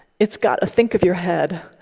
it's got a think of your head.